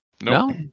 No